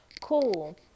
cool